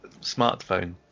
smartphone